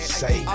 say